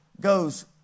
goes